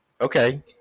Okay